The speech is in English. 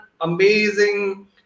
amazing